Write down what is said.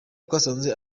twasanze